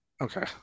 Okay